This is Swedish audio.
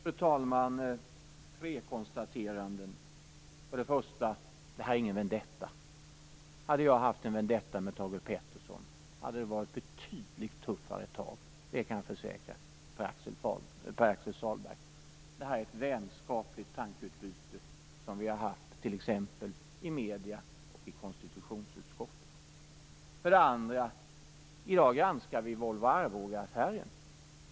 Fru talman! Jag har tre konstateranden. För det första: Detta är ingen vendetta. Hade jag haft en vendetta med Thage Peterson hade det varit betydligt tuffare tag. Det kan jag försäkra Pär-Axel Sahlberg. Detta är ett vänskapligt tankeutbyte som vi har haft t.ex. i medierna och i konstitutionsutskottet. För det andra: I dag granskar vi Volvo-Arbogaaffären.